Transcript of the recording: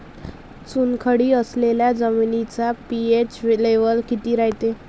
चुनखडी असलेल्या जमिनीचा पी.एच लेव्हल किती रायते?